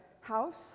house